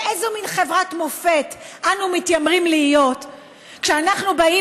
באיזו מין חברת מופת אנו מתיימרים להיות כשאנחנו באים